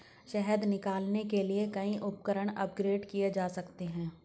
शहद निकालने के लिए कई उपकरण अपग्रेड किए जा सकते हैं